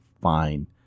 fine